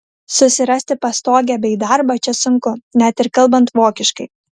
susirasti pastogę bei darbą čia sunku net ir kalbant vokiškai